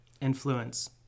influence